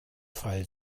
fall